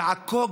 לעכו,